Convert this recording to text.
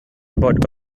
about